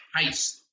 heist